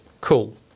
Cool